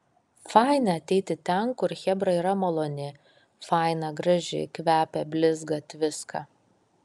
faina ateiti ten kur chebra yra maloni faina graži kvepia blizga tviska